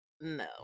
No